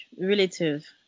relative